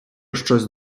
щось